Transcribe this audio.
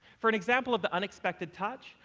for an example of the unexpected touch,